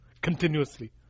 continuously